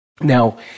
Now